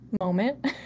moment